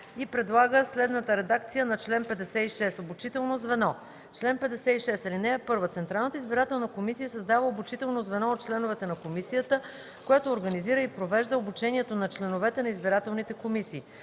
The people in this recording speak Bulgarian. предлага следната редакция за чл. 56: „Обучително звено Чл. 56. (1) Централната избирателна комисия създава обучително звено от членовете на комисията, което организира и провежда обучението на членовете на избирателните комисии.